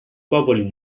popoli